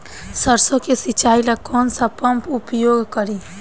सरसो के सिंचाई ला कौन सा पंप उपयोग करी?